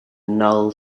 null